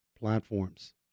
Platforms